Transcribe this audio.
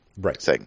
Right